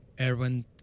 Erwin